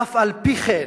אף-על-פי-כן,